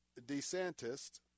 DeSantis